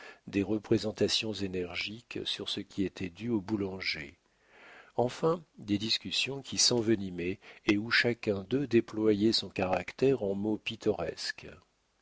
des représentations énergiques sur ce qui était dû au boulanger enfin des discussions qui s'envenimaient et où chacun d'eux déployait son caractère en mots pittoresques